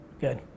Good